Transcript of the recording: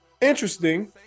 interesting